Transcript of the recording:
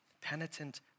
penitent